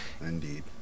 Indeed